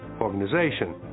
organization